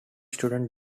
students